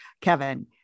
Kevin